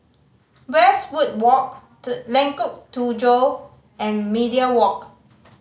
Westwood Walk The Lengkok Tujoh and Media Walk